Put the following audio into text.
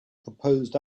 proposed